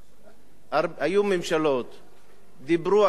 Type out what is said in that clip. היו ממשלות, דיברו על זה.